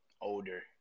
older